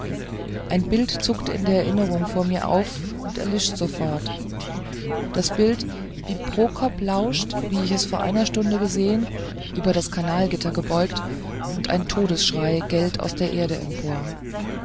ein bild zuckt in der erinnerung vor mir auf und erlischt sofort das bild wie prokop lauscht wie ich es vor einer stunde gesehen über das kanalgitter gebeugt und ein todesschrei gellt aus der erde empor